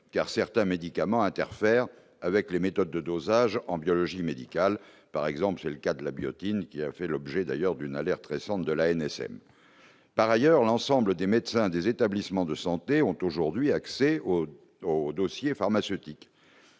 car certains médicaments interfère avec les méthodes de dosage en biologie médicale, par exemple, c'est le cas de la Bugatti qui a fait l'objet d'ailleurs d'une alerte récente de l'ANSM par ailleurs, l'ensemble des médecins, des établissements de santé ont aujourd'hui accès au au dossier pharmaceutique